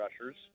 rushers